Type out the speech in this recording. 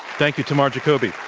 thank you, tamar jacoby.